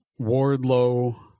Wardlow